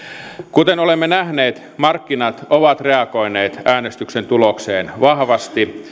kuten olemme nähneet markkinat ovat reagoineet äänestyksen tulokseen vahvasti